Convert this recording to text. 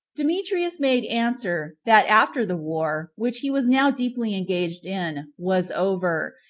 demetrius made answer, that after the war, which he was now deeply engaged in, was over,